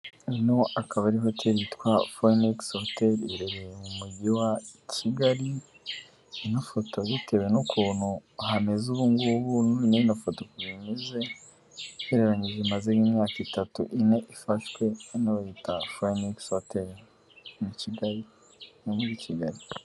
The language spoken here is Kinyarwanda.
Ino akaba ari hoteri yitwa fonigisi hoteri ihererereye mu mujyi wa Kigali, ino foto bitewe n'ukuntu hameze ubu ngubu ino foto imeze ugereranyije imaze nk'imyaka itatu ine, ifashwe bahita forinigisi hoteri mujyi wa Kigali ni iyo muri Kigali.